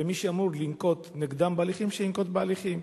ומי שאמור לנקוט נגדם הליכים, שינקוט הליכים.